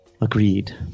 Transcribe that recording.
agreed